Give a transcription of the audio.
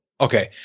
Okay